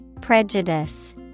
Prejudice